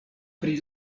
pri